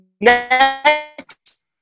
Next